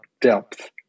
depth